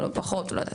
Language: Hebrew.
פחות או יותר.